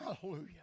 Hallelujah